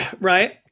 Right